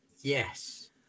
Yes